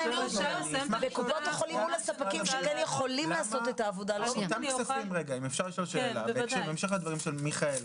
האם אפשר לשאול שאלה בהמשך לדברים של מיכאל?